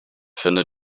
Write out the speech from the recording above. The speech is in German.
finde